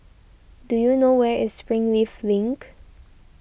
do you know where is Springleaf Link